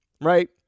right